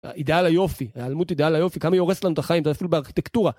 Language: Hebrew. אה.. אידיאל היופי, העלמות אידיאל היופי, כמה היא הורסת לנו את החיים, זה אפילו בארכיטקטורה.